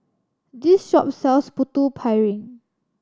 this shop sells Putu Piring